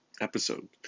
episode